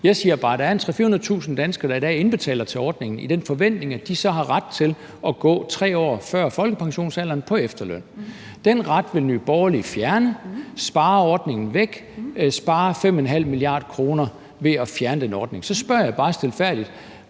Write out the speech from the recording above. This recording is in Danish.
Jeg siger bare, at der er 300.000-400.000 danskere, der i dag indbetaler til ordningen i den forventning, at de så har ret til at gå på efterløn 3 år før folkepensionsalderen. Den ret vil Nye Borgerlige fjerne, altså spare ordningen væk, spare 5,5 mia. kr. ved at fjerne den ordning. Så spørger jeg bare stilfærdigt,